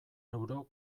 euro